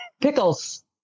Pickles